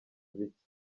bike